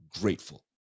Grateful